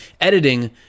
editing